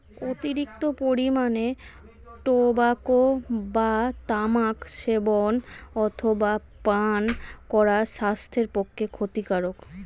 অতিরিক্ত পরিমাণে টোবাকো বা তামাক সেবন অথবা পান করা স্বাস্থ্যের পক্ষে ক্ষতিকারক